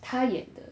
她演的